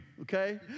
okay